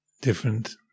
different